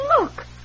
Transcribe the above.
Look